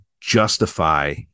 justify